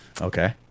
okay